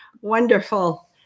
Wonderful